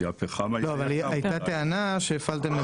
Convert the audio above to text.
כי הפחם --- עלתה טענה לפיה אתם הפעלתם,